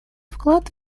вклад